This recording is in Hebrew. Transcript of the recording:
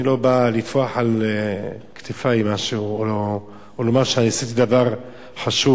אני לא בא לטפוח על כתפי או לומר שעשיתי דבר חשוב.